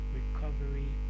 recovery